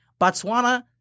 Botswana